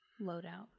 loadout